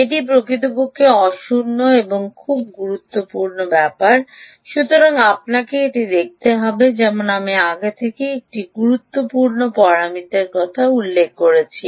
এটি প্রকৃতপক্ষে অ শূন্য এবং এটি খুব গুরুত্বপূর্ণ ব্যাপার সুতরাং আপনাকে এটি দেখতে হবে যেমন আমি আগে থেকেই গুরুত্বপূর্ণ পরামিতি হিসাবে উল্লেখ করেছি